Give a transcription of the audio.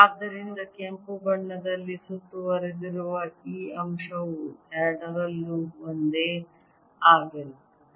ಆದ್ದರಿಂದ ಕೆಂಪು ಬಣ್ಣದಲ್ಲಿ ಸುತ್ತುವರೆದಿರುವ ಈ ಅಂಶವು ಎರಡರಲ್ಲೂ ಒಂದೇ ಆಗಿರುತ್ತದೆ